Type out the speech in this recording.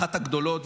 אחת הגדולות,